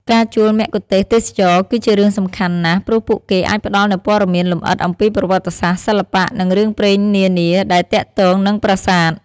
ការជួលមគ្គុទ្ទេសក៍ទេសចរណ៍ គឺជារឿងសំខាន់ណាស់ ព្រោះពួកគេអាចផ្តល់នូវព័ត៌មានលម្អិតអំពីប្រវត្តិសាស្ត្រ សិល្បៈ និងរឿងព្រេងនានាដែលទាក់ទងនឹងប្រាសាទ។